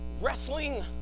wrestling